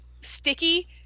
sticky